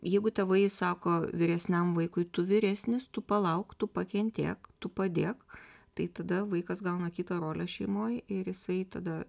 jeigu tėvai sako vyresniam vaikui tu vyresnis tu palauk tu pakentėk tu padėk tai tada vaikas gauna kitą rolę šeimoj ir jisai tada